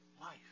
life